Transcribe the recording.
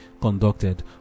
conducted